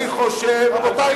רבותי,